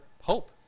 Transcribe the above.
hope